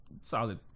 solid